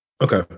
Okay